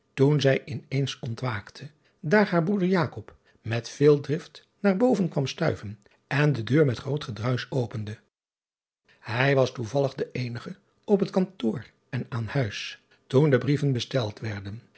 toen zij in eens ontwaakte daar haar broeder driaan oosjes zn et leven van illegonda uisman met veel drift naar boven kwam stuiven en de deur met groot gedruisch opende ij was toevallig de eenige op het kantoor en aan huis toen de brieven besteld werden